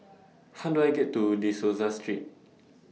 How Do I get to De Souza Street